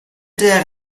der